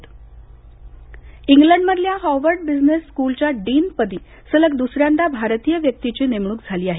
Datar England मधल्या Harvard business स्कूलच्या dean पदी सलग द्सऱ्यांदा भारतीय व्यक्तीची नेमणूक झाली आहे